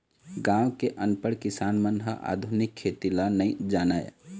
गाँव के अनपढ़ किसान मन ह आधुनिक खेती ल नइ जानय